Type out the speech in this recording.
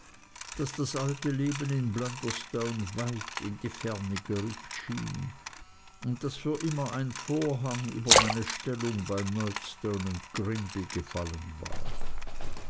daß das alte leben in blunderstone weit in die ferne gerückt erschien und daß für immer ein vorhang über meine stellung bei murdstone grinby gefallen war